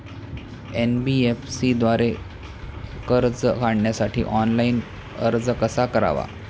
NBFC द्वारे कर्ज काढण्यासाठी ऑनलाइन अर्ज कसा करावा?